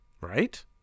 Right